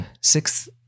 sixth